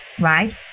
right